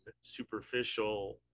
superficial